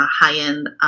high-end